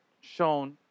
shown